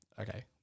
Okay